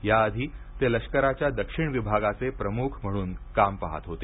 या आधी ते लष्कराच्या दक्षिण विभागाचे प्रमुख म्हणून काम पाहत होते